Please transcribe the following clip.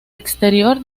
exterior